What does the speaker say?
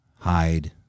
hide